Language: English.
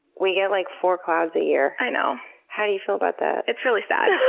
we get like four clouds a year. you know how do you feel about that? it's really sad.